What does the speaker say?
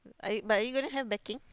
I but are you gonna have backing